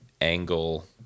angle